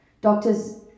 doctors